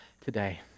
today